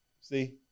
See